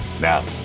Now